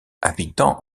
habitants